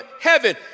heaven